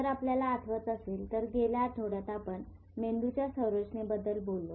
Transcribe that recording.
जर आपल्याला आठवत असेल तर गेल्या आठवड्यात आपण मेंदूच्या संरचनेबद्दल बोललो